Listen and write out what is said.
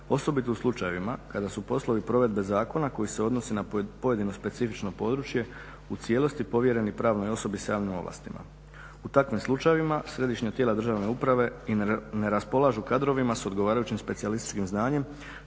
osobito u slučajevima kada su poslovi provedbe zakona koji se odnose na pojedino specifično područje u cijelosti povjereni pravnoj osobi sa javnim ovlastima. U takvim slučajevima središnja tijela državne uprave i ne raspolažu kadrovima s odgovarajućim specijalističkim znanjem